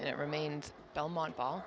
it remains belmont ball